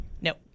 no